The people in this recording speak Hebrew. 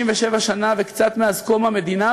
67 שנה וקצת מאז קום המדינה,